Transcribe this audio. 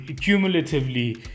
cumulatively